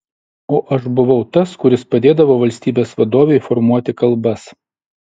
o aš buvau tas kuris padėdavo valstybės vadovei formuoti kalbas